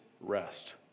rest